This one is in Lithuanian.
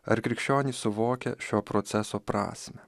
ar krikščionis suvokia šio proceso prasmę